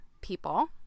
people